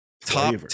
Top